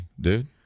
dude